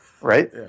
right